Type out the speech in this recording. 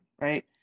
right